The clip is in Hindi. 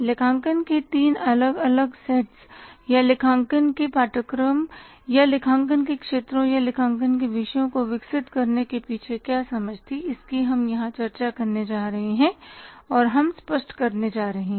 लेखांकन के तीन अलग अलग सेटस या लेखांकन के पाठ्यक्रम या लेखांकन के क्षेत्रों या लेखांकन के विषयों को विकसित करने के पीछे क्या समझ थी इसकी हम यहां चर्चा करने जा रहे हैं और हम स्पष्ट करने जा रहे हैं